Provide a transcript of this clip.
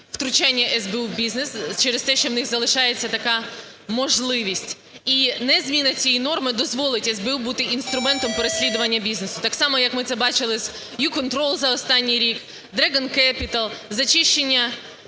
втручання СБУ в бізнес через те, що у них залишається така можливість. І незміна цієї норми дозволить СБУ бути інструментом переслідування бізнесу, так само, як ми це бачили з YouControl за останній рік, Dragon Capital, зачищення